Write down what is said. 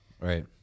Right